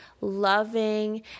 loving